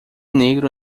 negro